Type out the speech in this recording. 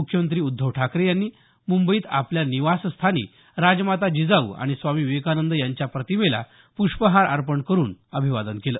मुख्यमंत्री उद्धव ठाकरे यांनी मुंबईत आपल्या निवासस्थानी राजमाता जिजाऊ आणि स्वामी विवेकानंद यांच्या प्रतिमेला पुष्पहार अर्पण करुन अभिवादन केलं